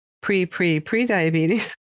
pre-pre-pre-diabetes